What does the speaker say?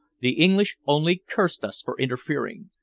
the english only cursed us for interfering.